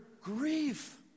grief